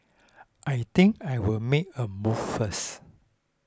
I think I will make a move first